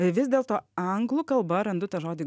vis dėlto anglų kalba randu tą žodį